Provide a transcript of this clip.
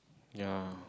ya